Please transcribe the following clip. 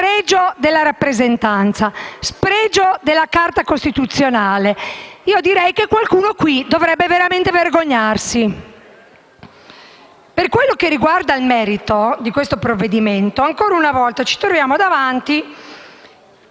spregio della rappresentanza, spregio della Carta costituzionale: qualcuno, qui, dovrebbe veramente vergognarsi. Per quanto riguarda il merito di questo provvedimento, ancora una volta ci troviamo davanti